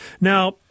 Now